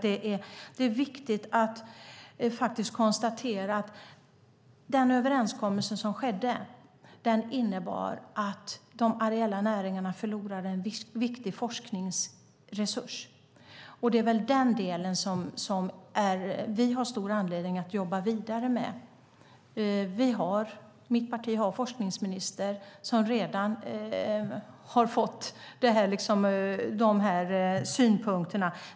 Det är viktigt att konstatera att den överenskommelse som skedde innebar att de areella näringarna förlorade en viktig forskningsresurs. Det är den delen som vi har stor anledning att jobba vidare med. Mitt parti har en forskningsminister som redan har fått dessa synpunkter.